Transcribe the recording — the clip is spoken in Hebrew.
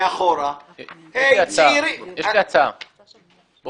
מאחור --- יש לי הצעה.